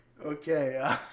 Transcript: Okay